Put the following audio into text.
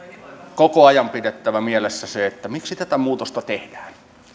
koko ajan pidettävä mielessä se miksi tätä muutosta tehdään